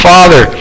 Father